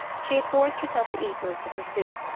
she had forced herself to eat most of her soup,